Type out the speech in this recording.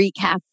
recap